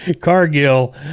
cargill